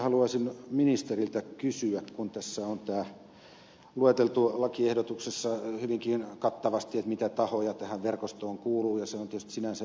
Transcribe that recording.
haluaisin ministeriltä kysyä kun tässä on lueteltu lakiehdotuksessa hyvinkin kattavasti mitä tahoja tähän verkostoon kuuluu ja se on tietysti sinänsä ihan ok